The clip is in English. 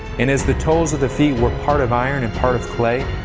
and as the toes of the feet were part of iron, and part of clay,